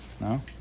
no